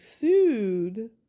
sued